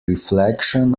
reflection